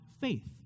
faith